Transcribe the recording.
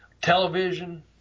television